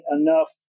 enough